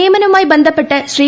നിയമനവുമായി ബന്ധപ്പെട്ട് ശ്രീ